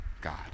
God